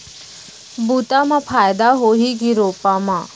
बुता म फायदा होही की रोपा म?